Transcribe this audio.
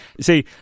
See